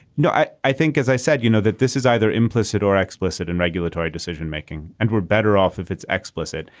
no i i think as i said you know that this is either implicit or explicit in regulatory decision making and we're better off if it's explicit.